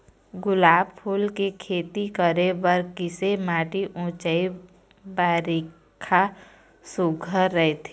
गुलाब फूल के खेती करे बर किसे माटी ऊंचाई बारिखा सुघ्घर राइथे?